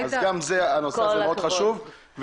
הנושא הזה מאוד חשוב,